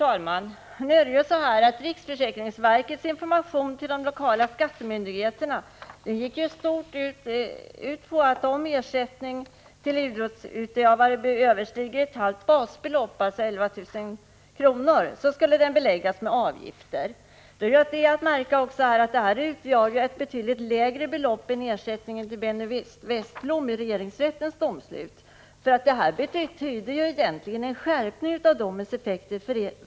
Herr talman! Riksförsäkringsverkets information till de lokala skattemyndigheterna gick i stort sett ut på att om ersättningen till en idrottsutövare överstiger ett halvt basbelopp, dvs. 11 000 kr., skall den beläggas med avgifter. Det är att märka att detta är ett betydligt lägre belopp än ersättningen till Benny Westblom i det fall som regeringsrättens domslut gäller. För föreningarnas del betyder det här egentligen en skärpning av domens effekter.